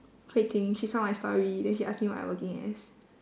hui ting she saw my story then she ask me what I working as